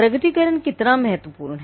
प्रकटीकरण कितना महत्वपूर्ण है